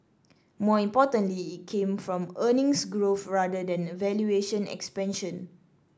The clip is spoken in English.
more importantly it came from earnings growth rather than valuation expansion